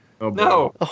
No